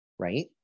Right